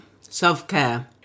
self-care